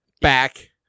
back